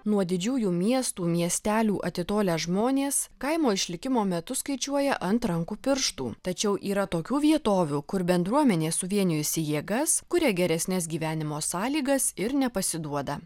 nuo didžiųjų miestų miestelių atitolę žmonės kaimo išlikimo metus skaičiuoja ant rankų pirštų tačiau yra tokių vietovių kur bendruomenė suvienijusi jėgas kuria geresnes gyvenimo sąlygas ir nepasiduoda